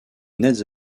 nettes